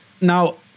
Now –